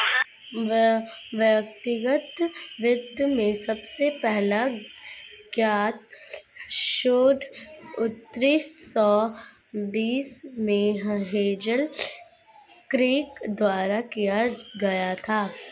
व्यक्तिगत वित्त में सबसे पहला ज्ञात शोध उन्नीस सौ बीस में हेज़ल किर्क द्वारा किया गया था